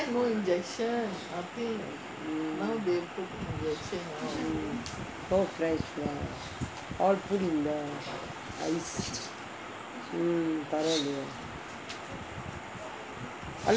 mm no fresh lah all put in the ice mm பரவாலயே:paravaalayae